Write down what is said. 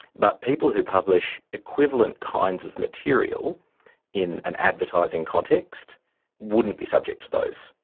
but people who publish equivalent kinds of material in an advertising context wouldn't be subject to those.